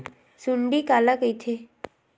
सुंडी काला कइथे?